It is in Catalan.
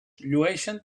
llueixen